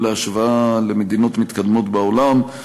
גם בהשוואה למדינות מתקדמות בעולם.